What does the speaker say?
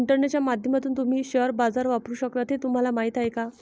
इंटरनेटच्या माध्यमातून तुम्ही शेअर बाजार वापरू शकता हे तुम्हाला माहीत आहे का?